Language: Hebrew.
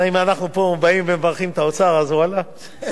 אם אנחנו פה באים ומברכים את האוצר, אז ואללה,